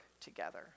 together